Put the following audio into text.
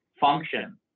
function